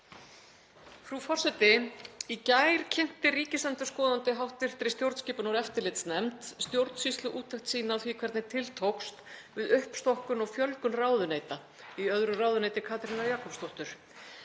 Frú forseti. Í gær kynnti ríkisendurskoðandi hv. stjórnskipunar- og eftirlitsnefnd stjórnsýsluúttekt sína á því hvernig til tókst við uppstokkun og fjölgun ráðuneyta í öðru ráðuneyti Katrínar Jakobsdóttur,